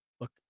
look